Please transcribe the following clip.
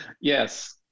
yes